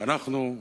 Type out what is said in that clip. ואנחנו,